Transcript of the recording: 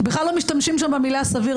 הם בכלל לא משתמשים שם במילים "סביר",